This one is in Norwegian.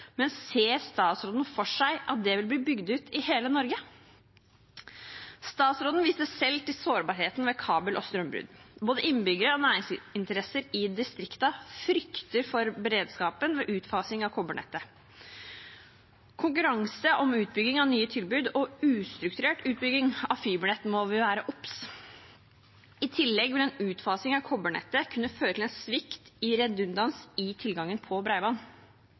men ser statsråden for seg at det vil bli bygd ut i hele Norge? Statsråden viser selv til sårbarheten ved kabel- og strømbrudd. Både innbyggere og næringsinteresser i distriktene frykter for beredskapen ved utfasing av kobbernettet. Konkurranse om utbygging av nye tilbud og ustrukturert utbygging av fibernett må vi være obs på. I tillegg vil en utfasing av kobbernettet kunne føre til en svikt i redundans i tilgangen på